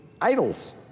idols